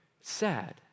Sad